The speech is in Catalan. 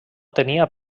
tenia